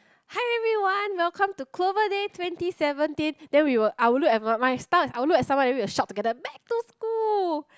hi everyone welcome to Clover day twenty seventeen then we will I will look at my my style is I will look at someone then we will shout together back to school